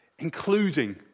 including